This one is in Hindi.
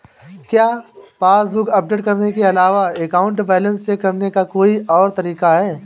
क्या पासबुक अपडेट करने के अलावा अकाउंट बैलेंस चेक करने का कोई और तरीका है?